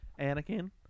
Anakin